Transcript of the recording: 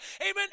amen